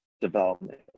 development